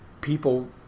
people